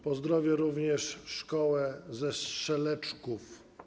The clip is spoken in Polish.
Pozdrowię również szkołę ze Strzeleczków.